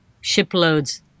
shiploads